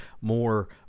more